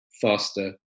faster